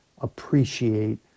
appreciate